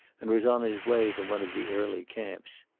and was on his way to one of the early camps.